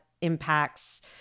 impacts